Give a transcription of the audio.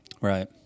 Right